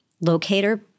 locator